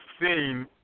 seen